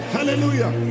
Hallelujah